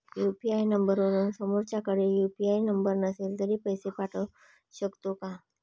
UPI नंबरवरून समोरच्याकडे UPI number नसेल तरी पैसे पाठवू शकते का?